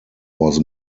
was